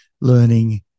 learning